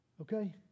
Okay